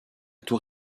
tour